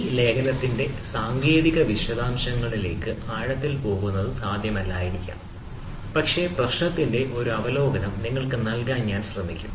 ഈ ലേഖനത്തിന്റെ സാങ്കേതിക വിശദാംശങ്ങളിലേക്ക് ആഴത്തിൽ പോകുന്നത് സാധ്യമല്ലായിരിക്കാം പക്ഷേ പ്രശ്നത്തിന്റെ ഒരു അവലോകനം നിങ്ങൾക്ക് നൽകാൻ ഞാൻ ശ്രമിക്കും